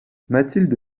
mathilde